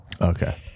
okay